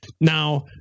Now